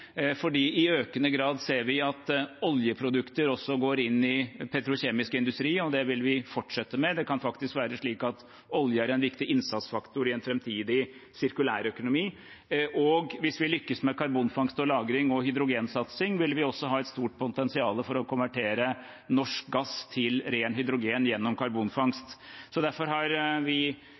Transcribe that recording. i økende grad ser vi at oljeprodukter også går inn i petrokjemisk industri, og det vil vi fortsette med. Det kan faktisk være slik at olje er en viktig innsatsfaktor i en framtidig sirkulærøkonomi, og hvis vi lykkes med karbonfangst og -lagring og hydrogensatsing, ville vi også ha et stort potensial for å konvertere norsk gass til ren hydrogen gjennom karbonfangst. Derfor har vi